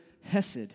hesed